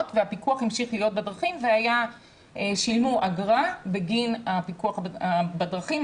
והפיקוח המשיך להיות בדרכים ושילמו אגרה בגין הפיקוח בדרכים.